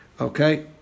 Okay